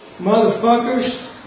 Motherfuckers